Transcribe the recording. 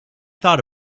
thought